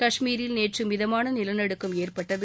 கஷ்மீரில் நேற்று மிதமான நிலநடுக்கம் ஏற்பட்டது